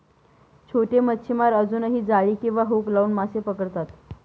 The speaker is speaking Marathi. छोटे मच्छीमार अजूनही जाळी किंवा हुक लावून मासे पकडतात